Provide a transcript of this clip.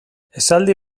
esaldi